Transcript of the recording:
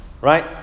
right